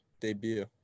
debut